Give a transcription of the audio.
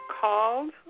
called